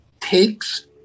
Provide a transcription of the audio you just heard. takes